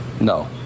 No